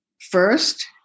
first